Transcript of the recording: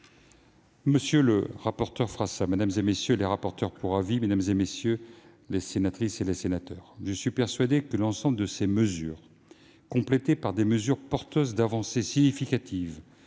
Monsieur le rapporteur Frassa, madame, monsieur les rapporteurs pour avis, mesdames, messieurs les sénateurs, je suis persuadé que l'ensemble de ces mesures, complétées par des dispositions porteuses d'avancées significatives